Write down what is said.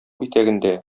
итәгендә